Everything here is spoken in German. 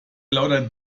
lauter